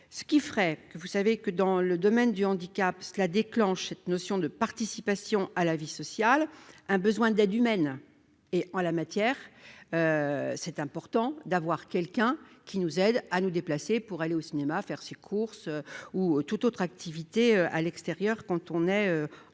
ce qui ferait que vous savez que dans le domaine du handicap, cela déclenche cette notion de participation à la vie sociale, un besoin d'aide humaine et en la matière, c'est important d'avoir quelqu'un qui nous aide à nous déplacer pour aller au cinéma, faire ses courses ou toute autre activité à l'extérieur quand on est en en